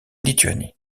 lituanie